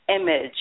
image